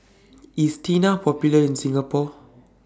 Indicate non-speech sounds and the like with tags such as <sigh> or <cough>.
IS Tena Popular in Singapore <noise>